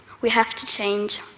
we have to change.